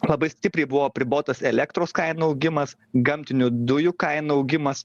labai stipriai buvo apribotas elektros kainų augimas gamtinių dujų kainų augimas